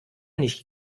nicht